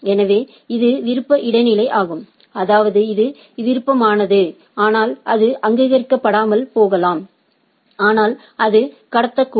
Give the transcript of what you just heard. எனவே இது விருப்ப இடைநிலை ஆகும் அதாவது இது விருப்பமானது ஆனால் அது அங்கீகரிக்கப்படாமல் போகலாம் ஆனால் அது கடத்தக்கூடும்